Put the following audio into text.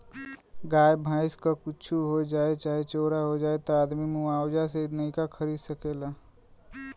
गाय भैंस क कुच्छो हो जाए चाहे चोरा जाए त आदमी मुआवजा से नइका खरीद सकेला